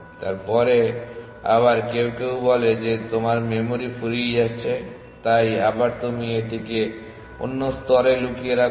তারপরে আবার কেউ কেউ বলে যে তোমার মেমরি ফুরিয়ে যাচ্ছে তাই আবার তুমি এটিকে অন্য স্তরে লুকিয়ে রাখো